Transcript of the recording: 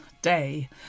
day